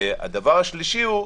הדבר השלישי הוא